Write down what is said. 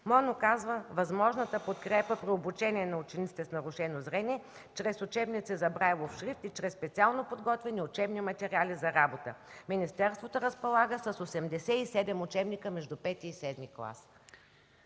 оказва възможната подкрепа при обучение на учениците с нарушено зрение чрез учебници за брайлов шрифт и чрез специално подготвени учебни материали за работа. Министерството разполага с 87 учебника между V и VІІ клас.